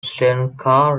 seneca